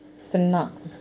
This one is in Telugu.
సున్నా